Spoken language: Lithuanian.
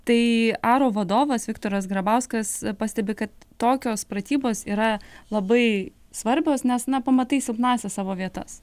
tai aro vadovas viktoras grabauskas pastebi kad tokios pratybos yra labai svarbios nes na pamatai silpnąsias savo vietas